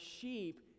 sheep